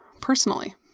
personally